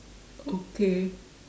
okay